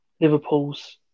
Liverpool's